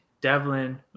Devlin